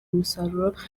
umusaruro